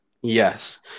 Yes